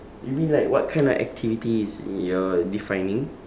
you mean like what kind of activity is your defining